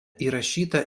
įrašyta